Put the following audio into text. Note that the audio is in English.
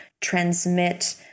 transmit